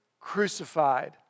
crucified